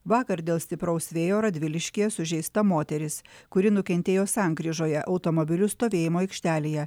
vakar dėl stipraus vėjo radviliškyje sužeista moteris kuri nukentėjo sankryžoje automobilių stovėjimo aikštelėje